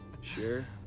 Sure